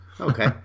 Okay